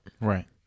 Right